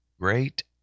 great